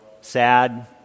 sad